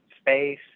space